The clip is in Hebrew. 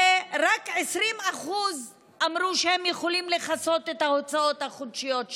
ורק ה-20% אמרו שהם יכולים לכסות את ההוצאות החודשיות שלהם.